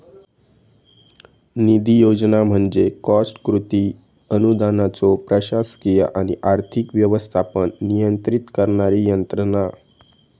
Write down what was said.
निधी योजना म्हणजे कॉस्ट कृती अनुदानाचो प्रशासकीय आणि आर्थिक व्यवस्थापन नियंत्रित करणारी यंत्रणा